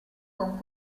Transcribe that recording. con